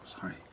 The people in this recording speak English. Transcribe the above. sorry